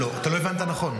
לא, אתה לא הבנת נכון.